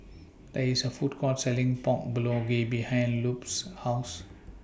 There IS A Food Court Selling Pork Bulgogi behind Lupe's House